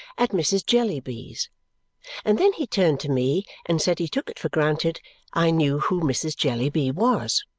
at mrs. jellyby's and then he turned to me and said he took it for granted i knew who mrs. jellyby was.